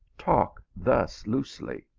talk thus loosely.